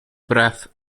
breath